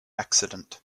accident